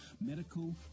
medical